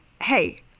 hey